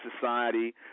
society